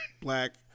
Black